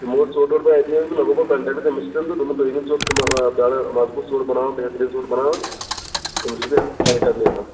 تِمو اوس ژۆٹ وۆٹ بےَ اَتی اوٚنمُت مےٚ کوٚر پتہٕ کنٹیک أمِس سٍتۍ تہٕ دوٚپُن تُہۍ أنِو ژوٚٹ دٔڑۍ ہا مضبوٗظ ژۆٹ بناوان بہتریٖن ژوٚٹ بناوان أمِس چھُس بہٕ ہیٚوان ٹایِمہٕ ٹایمہٕ ہیٚوان